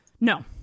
No